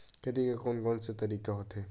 खेती के कोन कोन से तरीका होथे?